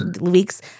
weeks